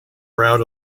proud